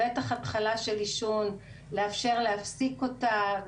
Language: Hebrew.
בטח התחלה של עישון, ולאפשר להפסיק אותה.